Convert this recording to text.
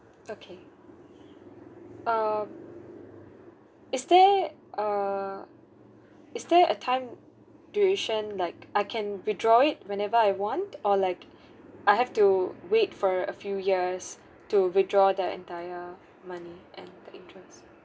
okay uh is there uh is there a time duration like I can withdraw it whenever I want or like I have to wait for a few years to withdraw the entire money and the interest